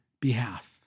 behalf